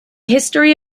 history